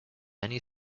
many